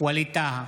ווליד טאהא,